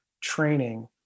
training